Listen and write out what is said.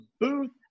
booth